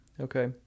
Okay